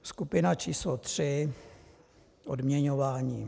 Skupina číslo 3. Odměňování.